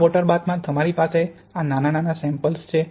આ વોટર બાથમાં તમારી પાસે આ નાના સેમ્પ્લ્સ છે